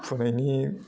फुनायनि